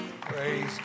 Praise